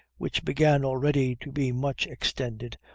which began already to be much extended,